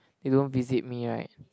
they don't visit me right